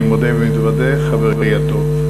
אני מודה ומתוודה, חברי הטוב.